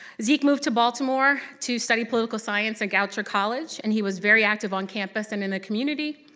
zeke moved to baltimore to study political science at goucher college, and he was very active on campus and in the community.